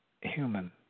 human